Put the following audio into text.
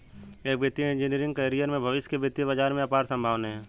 एक वित्तीय engineering career में भविष्य के वित्तीय बाजार में अपार संभावनाएं हैं